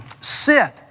Sit